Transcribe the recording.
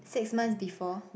six months before